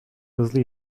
hızlı